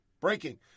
Breaking